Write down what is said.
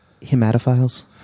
hematophiles